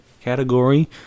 category